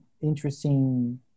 interesting